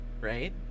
right